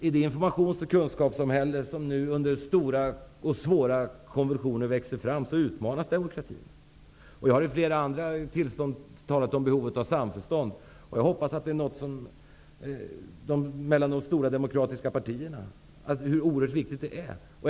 I det informations och kunskapssamhälle som nu under stora och svåra konvulsioner växer fram utmanas demokratin. Jag har vid flera andra tillfällen talat om behovet av samförstånd mellan de stora demokratiska partierna och hur oerhört viktigt det är.